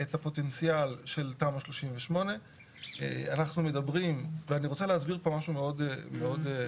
את הפוטנציאל של תמ"א 38. ואני רוצה להסביר פה משהו מאוד עקרוני.